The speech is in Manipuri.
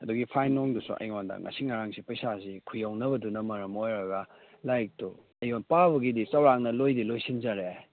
ꯑꯗꯨꯒꯤ ꯐꯥꯏꯟ ꯅꯨꯡꯗꯨꯁꯨ ꯑꯩꯉꯣꯟꯗ ꯉꯁꯤ ꯉꯔꯥꯡꯁꯤ ꯄꯩꯁꯥꯁꯤ ꯈꯨꯌꯧꯅꯕꯗꯨꯅ ꯃꯔꯝ ꯑꯣꯏꯔꯒ ꯂꯥꯏꯔꯤꯛꯇꯣ ꯑꯩꯅ ꯄꯥꯕꯒꯤꯗꯤ ꯆꯧꯔꯥꯛꯅ ꯂꯣꯏꯗꯤ ꯂꯣꯏꯁꯟꯖꯔꯦ